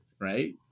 right